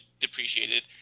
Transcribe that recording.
depreciated